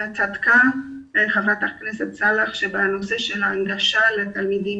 צדקה חברת הכנסת סאלח שאמרה שבנושא של ההנגשה לתלמידים